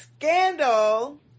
scandal